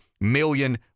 million